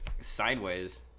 sideways